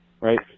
right